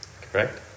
Correct